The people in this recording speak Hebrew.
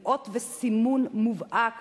היא אות וסימן מובהק